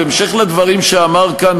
בהמשך לדברים שאמר כאן,